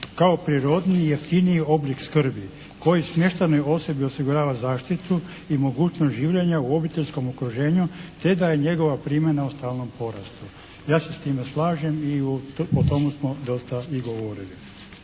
kao prirodniji i jeftiniji oblik skrbi koji smještenoj osobi osigurava zaštitu i mogućnost življenja u obiteljskom okruženju te da je njegova primjena u stalnom porastu. Ja se s time slažem i o tomu smo dosta i govorili.